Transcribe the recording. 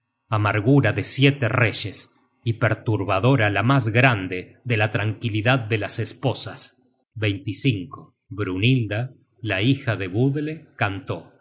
amargura de siete reyes y perturbadora la mas grande de la tranquilidad de las esposas brynhilda la hija de budle cantó